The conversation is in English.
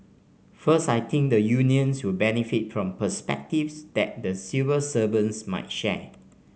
first I think the unions will benefit from perspectives that the civil servants might share